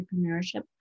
entrepreneurship